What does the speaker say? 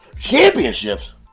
championships